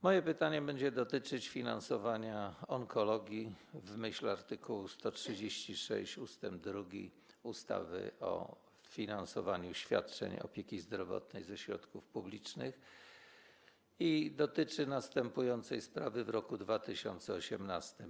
Moje pytanie będzie dotyczyć finansowania onkologii w myśl art. 136 ust. 2 ustawy o finansowaniu świadczeń opieki zdrowotnej ze środków publicznych i dotyczy następującej sprawy w roku 2018.